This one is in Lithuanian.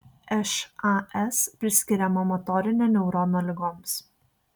šas priskiriama motorinio neurono ligoms